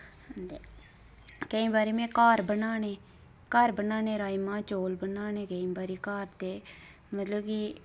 ते केईं बारी में घर बनाने घर बनाने राजमांह् चौल बनाने केईं बारी घर ते मतलब कि